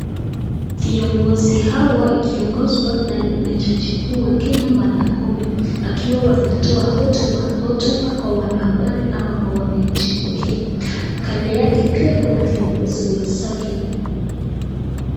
Viongozi hawa ikiongozwa na Jaji kuu wa Kenya, Martha Koome; akiwa wanatoa hotuba, hotuba kwa wanahabari ama kwa wananchi wa Kenya. Kando yake pia kuna viongozi wenzake.